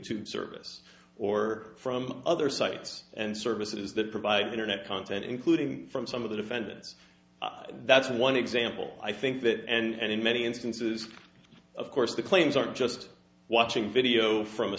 tube service or from other sites and services that provide internet content including from some of the defendants that's one example i think that and in many instances of course the claims aren't just watching video from a